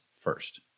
first